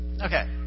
Okay